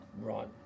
Right